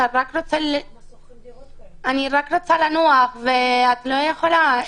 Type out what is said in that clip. אתה רק רוצה לנוח ואני לא יכולה,